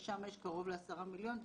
ששם יש קרוב לעשרה מיליון.